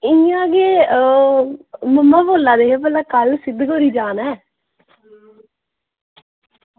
इंया गै ओह् मम्मा बोला दे हे भला कल्ल सिद्ध गोरिया जाना ऐ